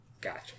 Gotcha